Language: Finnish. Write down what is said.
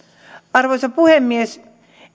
arvoisa puhemies